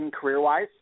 career-wise